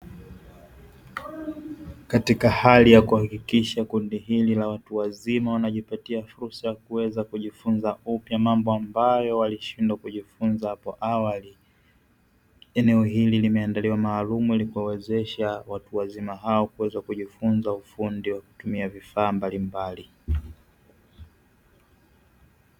Katika hali ya kuhakikisha kundi hili la watu wazima wanajipatia fursa ya kuweza kujifunza upya mambo ambayo walishindwa kujifunza hapo awali. Eneo hili limeandaliwa maalumu ili kuwawezesha watu wazima hawa kuweza kujifunza ufundi wa kutumia vifaa mbalimbali.